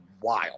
wild